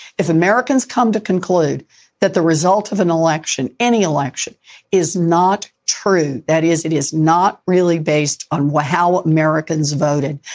if americans come to conclude that the result of an election, any election is not true. that is it is not really based on how americans voted.